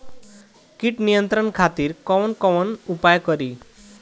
कीट नियंत्रण खातिर कवन कवन उपाय करी?